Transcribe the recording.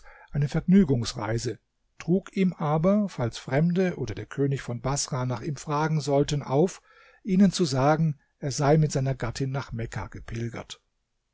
eine vergnügungsreise trug ihm aber falls fremde oder der könig von baßrah nach ihm fragen sollten auf ihnen zu sagen er sei mit seiner gattin nach mekka gepilgert